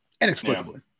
inexplicably